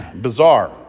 bizarre